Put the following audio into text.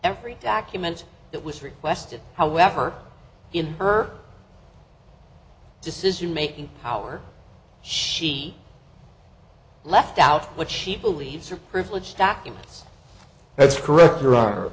every document that was requested however in her decision making power she left out what she believes are privileged documents that's correct your